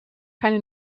keine